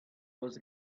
was